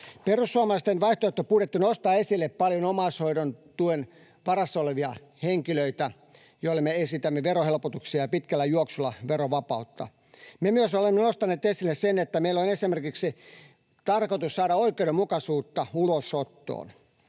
Perussuomalaisten vaihtoehtobudjetti nostaa esille paljon omaishoidontuen varassa olevia henkilöitä, joille me esitämme verohelpotuksia ja pitkällä juoksulla verovapautta. Me myös olemme nostaneet esille sen, että meillä on esimerkiksi tarkoitus saada oikeudenmukaisuutta ulosottoon.